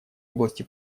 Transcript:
области